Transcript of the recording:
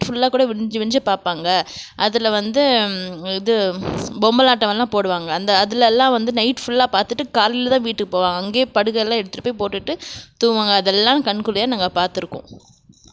ஃபுல்லாக கூட விடிஞ்சு விடிஞ்சு பார்ப்பாங்க அதில் வந்து இது பொம்மலாட்டம் எல்லாம் போடுவாங்க அந்த அதுலேல்லாம் வந்து நைட் ஃபுல்லாக பார்த்துட்டு காலையில் தான் வீட்டுக்கு போவாங்க அங்கேயே படுக்கையெல்லாம் எடுத்துட்டு போய் போட்டுவிட்டு தூங்குவாங்க அதெல்லாம் கண்குளிர நாங்கள் பார்த்துருக்கோம்